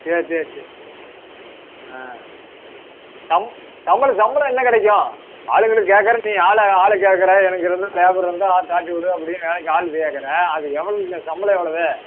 சரி சரி சரி ஆ சம் சம்பளம் சம்பளம் என்ன கிடைக்கும் ஆளுங்களை கேட்குற நீ ஆளை ஆளை கேட்குற எனக்கு லேபர் இருந்தால் ஆளை காட்டி விடு அப்படின்னு வேலைக்கு ஆள் கேட்குற அது எவ்வளோவு சம்பளம் எவ்வளோவு